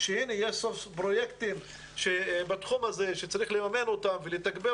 שהנה יש סוף-סוף פרויקטים בתחום הזה שצריך לממן אותם ולתגבר